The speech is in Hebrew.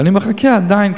ואני מחכה עדיין,